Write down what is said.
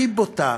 הכי בוטה,